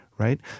right